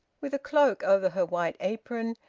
with a cloak over her white apron,